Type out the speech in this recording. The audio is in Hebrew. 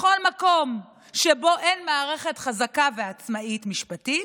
בכל מקום שבו אין מערכת חזקה ועצמאית משפטית,